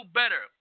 better